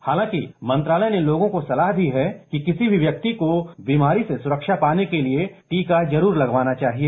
हालांकि मंत्रालय ने लोगों को सलाह दी है कि किसी भी व्यक्ति को बीमारी से सुरक्षा पाने के लिए टीका जरूर लगवाना चाहिए